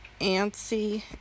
antsy